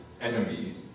enemies